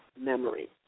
memory